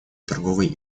торговые